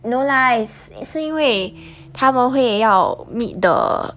no lies 是因为他们会要 meet 的